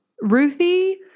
Ruthie